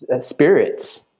spirits